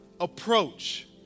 approach